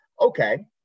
Okay